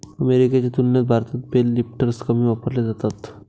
अमेरिकेच्या तुलनेत भारतात बेल लिफ्टर्स कमी वापरले जातात